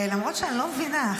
למרות שאני לא מבינה,